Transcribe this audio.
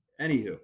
Anywho